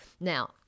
Now